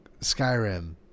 Skyrim